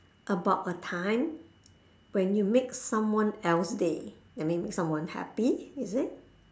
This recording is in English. about a time when you make someone else day that mean make someone happy is it